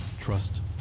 trust